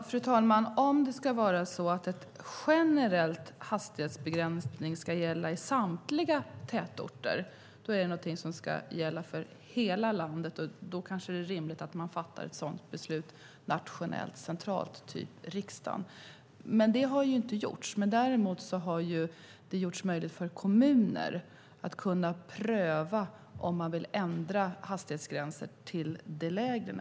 Fru talman! Om en generell hastighetsbegränsning ska gälla i samtliga tätorter är det någonting som ska gälla för hela landet. Då kanske det är rimligt att man fattar ett sådant beslut nationellt centralt i riksdagen. Det har inte gjorts. Däremot har det gjorts möjligt för kommuner att kunna pröva om de vill ändra hastighetsgränser till det lägre.